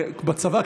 בצבא,